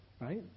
right